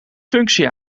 functie